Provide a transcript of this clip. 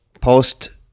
post